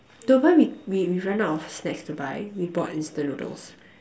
though when we we ran out of snacks to buy we bought instant noodles